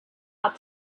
had